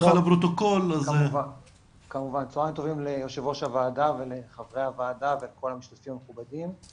צהריים טובים ליו"ר הוועדה ולחברי הוועדה ולכל המשתתפים המכובדים.